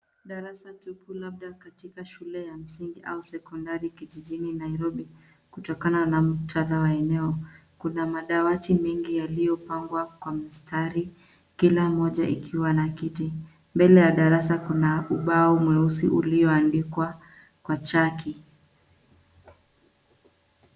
Darasa tupu labda shule ya msingi au sekondari kijijini Nairobi kutokana na muktadha wa eneo. Kuna madawati mengi yaliyopangwa kwa mstari, kila moja ikiwa na kiti. Mbele ya darasa kuna ubao mweusi ulioandikwa kwa chaki.